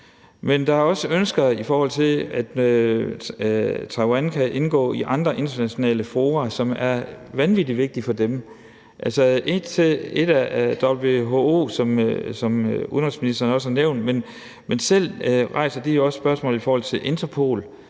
Men der er også ønsker om, at Taiwan kan indgå i andre internationale fora, som er vanvittig vigtige for dem. Altså, et er WHO, som udenrigsministeren også har nævnt, men de rejser selv spørgsmål i forhold til Interpol.